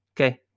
okay